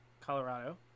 Colorado